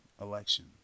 election